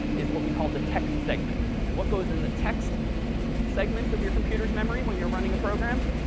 is what we call the text segment. and what goes in the text segment of your computer's memory when you're running a program?